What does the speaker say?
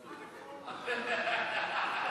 אה, נכון.